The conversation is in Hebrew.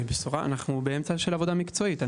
אנחנו באמצעה של עבודה מקצועית.